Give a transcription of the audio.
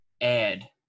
add